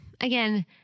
again